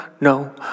no